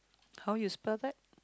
how you spell that